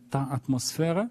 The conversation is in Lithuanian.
tą atmosferą